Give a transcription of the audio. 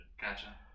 Gotcha